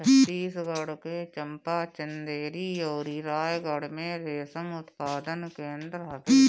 छतीसगढ़ के चंपा, चंदेरी अउरी रायगढ़ में रेशम उत्पादन केंद्र हवे